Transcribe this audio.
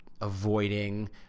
avoiding